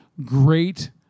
great